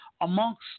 amongst